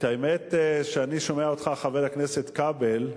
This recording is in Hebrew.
האמת היא שכשאני שומע אותך, חבר הכנסת כבל,